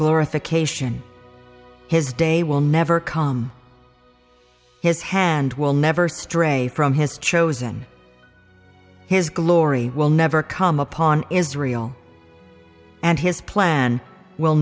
glorification his day will never come his hand will never stray from his chosen his glory will never come upon israel and his plan will